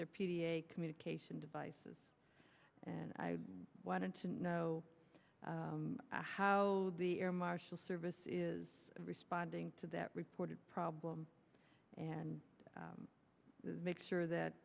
their p t a communication devices and i wanted to know how the air marshal service is responding to that reported problem and make sure that